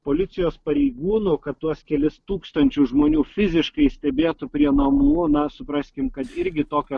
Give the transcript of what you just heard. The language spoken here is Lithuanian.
policijos pareigūnų kad tuos kelis tūkstančius žmonių fiziškai stebėtų prie namų na supraskim kad irgi tokio